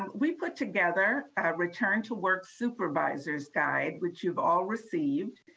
we put together a return to work supervisors guide, which you've all received,